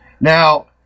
Now